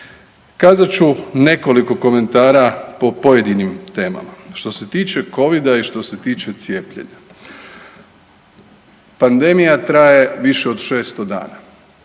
Kazat ću nekoliko komentara po pojedinim temama po ovom što se tiče covida i što se tiče cijepljenja. Pandemija traje više od 600 dana.